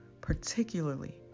particularly